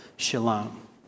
Shalom